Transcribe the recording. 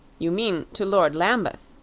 you mean to lord lambeth,